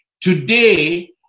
Today